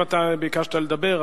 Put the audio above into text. אם אתה ביקשת לדבר,